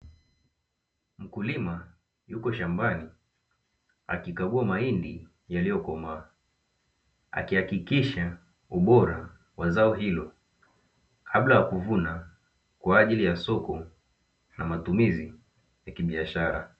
Mkulima yuko shambani akikagua mahindi yaliyokomaa, akihakikisha ubora wa zao hilo kabla ya kuvuna, kwa ajili ya soko na matumizi ya kibiashara.